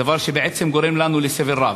דבר שבעצם גורם לנו סבל רב,